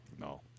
No